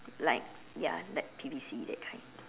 like ya like P_V_C that kind